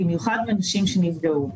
במיוחד בנשים שנפגעו.